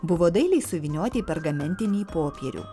buvo dailiai suvynioti į pergamentinį popierių